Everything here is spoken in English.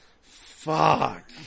Fuck